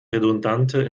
redundante